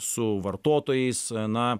su vartotojais na